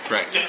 Right